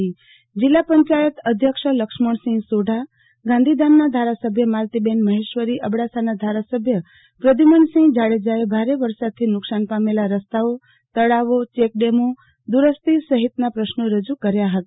પ્રતિનિધિઓને જીલ્લા પંચાયત અધ્યક્ષ લક્ષ્મણ સિંહ સોઢાગાંધીધામનાં ધારાસભ્ય માલતી બહેન મહેશ્વરી અબડાસાનાં ધારાસભ્ય પ્રદ્યુમ્નસિંહ જાડેજાએ ભારે વરસાદ થી નુકશાન પામેલા રસ્તાઓ તળાવોચેકડેમો દુરસ્તી સહીતનાં પ્રશ્નો રજે કાર્ય હતા